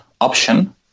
option